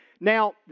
Now